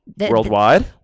Worldwide